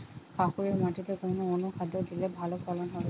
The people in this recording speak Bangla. কাঁকুরে মাটিতে কোন অনুখাদ্য দিলে ভালো ফলন হবে?